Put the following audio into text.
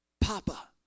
Papa